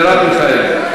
מרב מיכאלי.